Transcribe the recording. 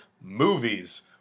movies